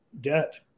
debt